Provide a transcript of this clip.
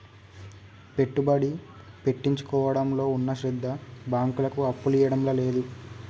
పెట్టుబడి పెట్టించుకోవడంలో ఉన్న శ్రద్ద బాంకులకు అప్పులియ్యడంల లేదు